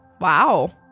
wow